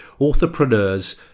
authorpreneurs